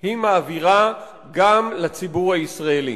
היא מעבירה גם לציבור הישראלי.